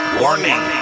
warning